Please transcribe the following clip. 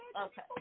Okay